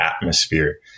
atmosphere